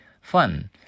Fun